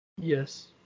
Yes